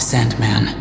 Sandman